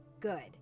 good